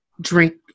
drink